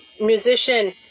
musician